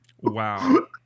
wow